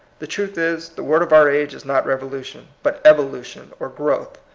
the truth is, the word of our age is not revolution, but evolution or growth.